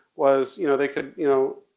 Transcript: was you know, they could, you know,